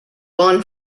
lawn